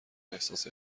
احساس